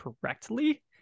correctly